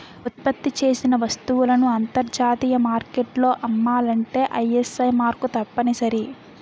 ఉత్పత్తి చేసిన వస్తువులను అంతర్జాతీయ మార్కెట్లో అమ్మాలంటే ఐఎస్ఐ మార్కు తప్పనిసరి